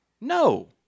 No